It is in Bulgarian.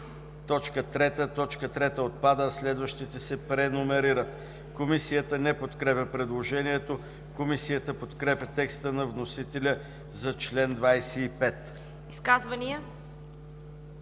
3. Точка 3 отпада, а следващите се преномерират“. Комисията не подкрепя предложението. Комисията подкрепя текста на вносителя за чл. 25. ПРЕДСЕДАТЕЛ